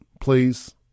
please